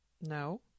No